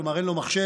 כלומר אין לו מחשב,